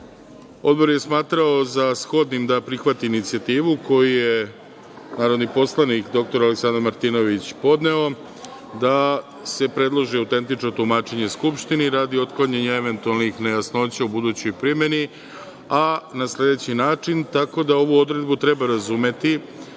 35%.Odbor je smatrao za shodnim da prihvati inicijativu koju je narodni poslanik, doktor Aleksandar Martinović, podneo da se predloži autentično tumačenje Skupštini radi otklanjanja eventualnih nejasnoća u budućoj primeni, a na sledeći način, tako da ovu odredbu treba razumeti